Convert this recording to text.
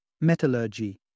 Metallurgy